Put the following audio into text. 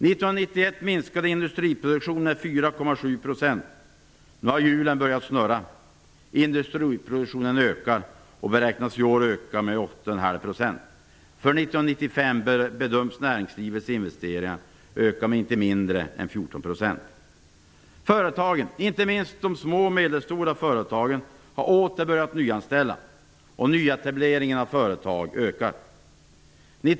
Nu har hjulen börjat snurra. Industriproduktionen ökar och beräknas i år öka med 8,5 %. För 1995 bedöms näringslivets investeringar öka med inte mindre än 14 %. Företagen, inte minst de små och medelstora, har åter börjat nyanställa, och nyetableringen av företag ökar.